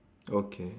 okay